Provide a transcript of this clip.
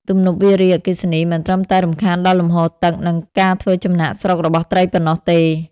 ទំនប់វារីអគ្គិសនីមិនត្រឹមតែរំខានដល់លំហូរទឹក និងការធ្វើចំណាកស្រុករបស់ត្រីប៉ុណ្ណោះទេ។